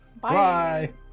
bye